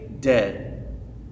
dead